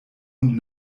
und